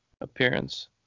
appearance